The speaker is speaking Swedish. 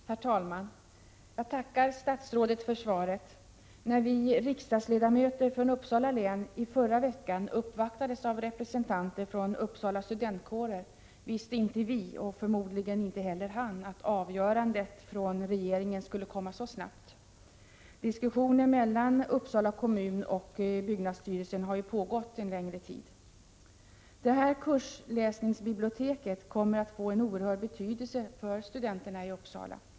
Herr talman! Jag tackar statsrådet för svaret. När vi riksdagsledamöter från Uppsala län i förra veckan uppvaktades av en representant för Uppsala studentkårer visste inte vi och förmodligen inte heller han att avgörandet från regeringen skulle komma så snabbt. Diskussioner mellan Uppsala kommun och byggnadsstyrelsen har ju pågått en längre tid. Detta kursläsningsbibliotek kommer att få en mycket stor betydelse för studenterna i Uppsala.